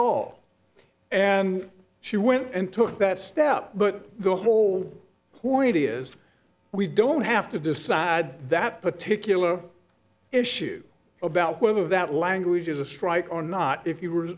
all and she went and took that step but the whole point is we don't have to decide that particular issue about whether that language is a strike or not if you were